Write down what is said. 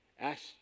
ask